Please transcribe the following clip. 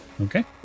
Okay